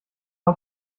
mal